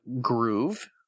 groove